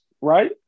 right